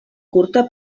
curta